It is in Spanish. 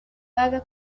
paga